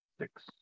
Six